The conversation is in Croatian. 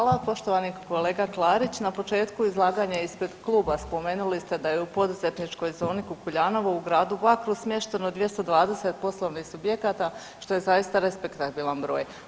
Hvala poštovani kolega Klarić, na početku izlaganja ispred kluba, spomenuli ste da je u poduzetničkoj zoni Kukuljanovo u gradu Bakru smješteno 220 poslovnih subjekata, što je zaista respektabilan broj.